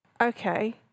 okay